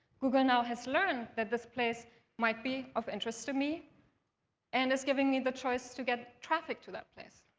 google now has learned that this place might be of interest to me and is giving me the choice to get traffic to that place.